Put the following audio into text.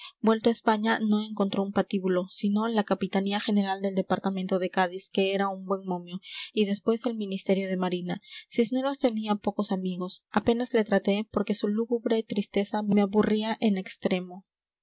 vuelto a españa no encontró un patíbulo sino la capitanía general del departamento de cádiz que era un buen momio y después el ministerio de marina cisneros tenía pocos amigos apenas le traté porque su lúgubre tristeza me aburría en extremo